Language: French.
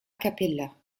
cappella